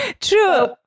True